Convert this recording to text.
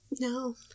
no